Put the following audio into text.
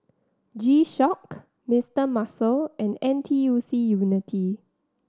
G Shock Mister Muscle and N T U C Unity